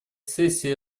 сессия